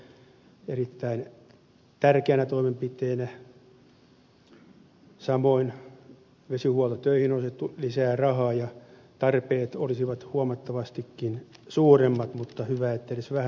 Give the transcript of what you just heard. samoin vesihuoltotöihin on osoitettu lisää rahaa ja tarpeet olisivat huomattavastikin suuremmat mutta hyvä että edes vähän on voitu tuolle momentille rahoja osoittaa lisää